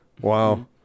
Wow